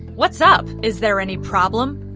what's up? is there any problem?